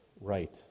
right